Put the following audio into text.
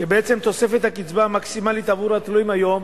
שתוספת הקצבה המקסימלית עבור התלויים היום